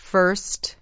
First